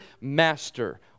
master